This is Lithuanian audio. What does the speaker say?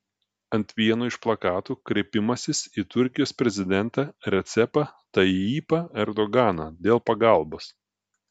ant vieno iš plakatų kreipimasis į turkijos prezidentą recepą tayyipą erdoganą dėl pagalbos